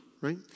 right